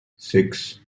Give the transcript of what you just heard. six